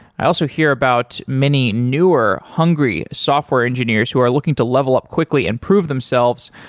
i also hear about many, newer, hungry software engineers who are looking to level up quickly and prove themselves.